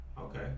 okay